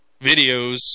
videos